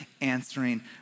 answering